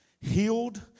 healed